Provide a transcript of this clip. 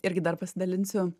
irgi dar pasidalinsiu